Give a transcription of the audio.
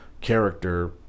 character